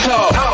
Talk